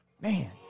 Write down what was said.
Man